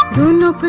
who knew